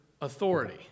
authority